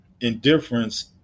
indifference